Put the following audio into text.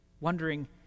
wondering